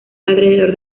alrededor